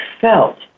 felt